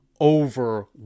over